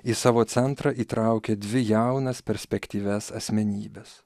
į savo centrą įtraukė dvi jaunas perspektyvias asmenybes